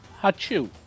Hachu